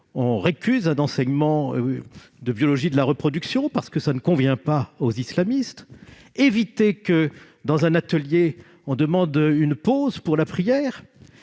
on récuse un enseignement de biologie de la reproduction, parce que cela ne convient pas aux islamistes ; que, dans un atelier, on demande une pause pour la prière